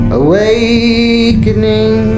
awakening